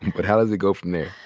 but how does it go from there?